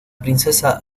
princesa